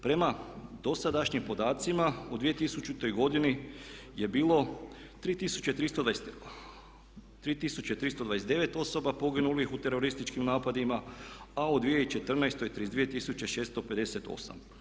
Prema dosadašnjim podacima u 2000. je bilo 3329 osoba poginulih u terorističkim napadima a u 2014. 32658.